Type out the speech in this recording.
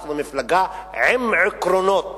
אנחנו מפלגה עם עקרונות,